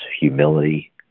humility